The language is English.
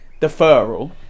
deferral